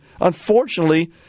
Unfortunately